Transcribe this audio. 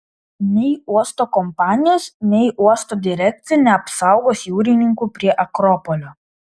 nei uosto kompanijos nei uosto direkcija neapsaugos jūrininkų prie akropolio